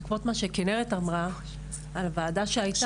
בעקבות מה שכנרת אמרה על הוועדה שהייתה.